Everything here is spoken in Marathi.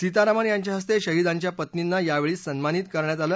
सीतारामन यांच्या हस्ते शहिदांच्या पत्नींना यावेळी सन्मानित करण्यात आलं